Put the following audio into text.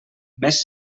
més